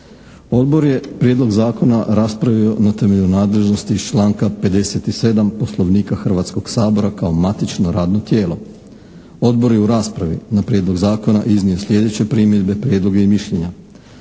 Odbor je prijedlog zakona raspravio na temelju nadležnosti iz članka 57. Poslovnika Hrvatskog sabora kao matično radno tijelo. Odbor je u raspravi na prijedlog zakona iznio sljedeće primjedbe, prijedloge i mišljenja.